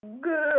Good